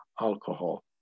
alcohol